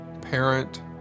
parent